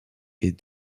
est